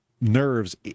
nerves